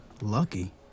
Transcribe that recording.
lucky